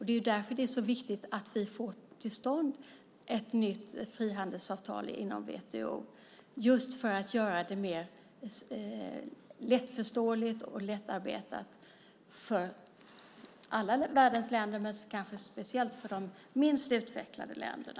Det är därför det är så viktigt att vi får till stånd ett nytt frihandelsavtal inom WTO just för att göra det mer lättförståeligt och lättarbetat för alla världens länder men kanske speciellt för de minst utvecklade länderna.